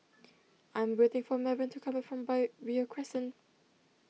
I am waiting for Melvin to come back from Beo Crescent